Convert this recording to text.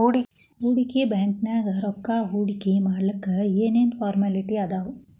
ಹೂಡ್ಕಿ ಬ್ಯಾಂಕ್ನ್ಯಾಗ್ ರೊಕ್ಕಾ ಹೂಡ್ಕಿಮಾಡ್ಲಿಕ್ಕೆ ಏನ್ ಏನ್ ಫಾರ್ಮ್ಯಲಿಟಿ ಅದಾವ?